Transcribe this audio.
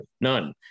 none